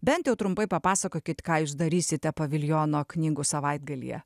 bent jau trumpai papasakokit ką jūs darysite paviljono knygų savaitgalyje